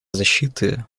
защиты